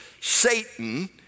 Satan